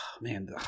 Man